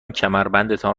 کمربندتان